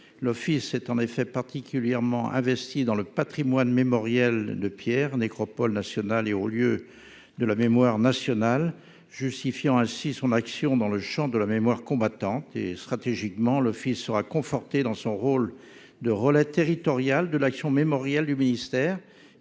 L'Office s'est en effet particulièrement investie dans le Patrimoine mémoriel de Pierre nécropole nationale et au lieu de la mémoire nationale, justifiant ainsi son action dans le Champ de la mémoire combattante et stratégiquement le fils sera conforté dans son rôle de Rola territoriale de l'action mémorial du ministère